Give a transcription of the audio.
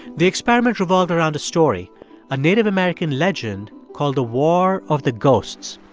the experiment revolved around a story a native american legend called the war of the ghosts.